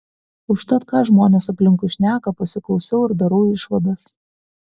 užtat ką žmonės aplinkui šneka pasiklausau ir darau išvadas